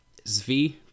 Zvi